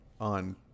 on